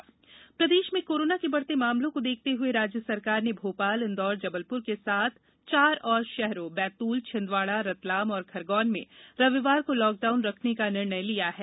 corona रोक प्रदेश प्रदेश में कोरोना के बढ़ते मामलों को देखते हुए राज्य सरकार ने भोपाल इंदौर जबलपुर के साथ चार और शहरों बैतूल छिंदवाड़ा रतलाम और खरगौन में रविवार को लॉकडाउन रखने का निर्णय लिया है